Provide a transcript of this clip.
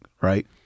right